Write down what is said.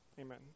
Amen